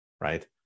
right